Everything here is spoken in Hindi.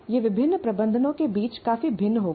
यह विभिन्न प्रबंधनों के बीच काफी भिन्न होगा